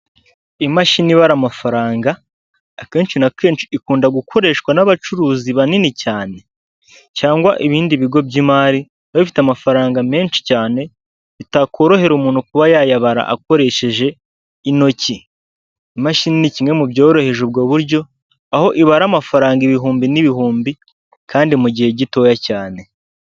Imashini ibara amafaranga, akenshi na kenshi ikunda gukoreshwa n'abacuruzi banini cyane, cyangwa ibindi bigo by'imari biba bifite amafaranga menshi cyane, bitakorohera umuntu kuba yayabara akoresheje intoki. Imashini ni kimwe mu byoroheje ubwo buryo, aho ibara amafaranga ibihumbi n'ibihumbi, kandi mu gihe gitoya cyane.